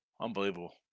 Unbelievable